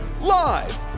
Live